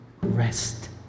rest